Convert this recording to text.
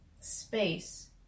space